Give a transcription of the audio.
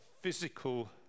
physical